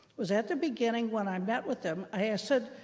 was at the beginning when i met with them, i said,